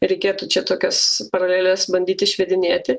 reikėtų čia tokias paraleles bandyti išvedinėti